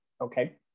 Okay